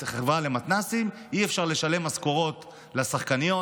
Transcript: החברה למתנ"סים ואי-אפשר לשלם משכורות לשחקניות.